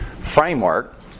framework